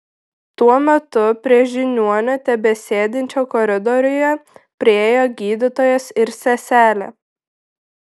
tuo metu prie žiniuonio tebesėdinčio koridoriuje priėjo gydytojas ir seselė